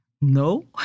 No